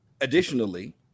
Additionally